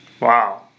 Wow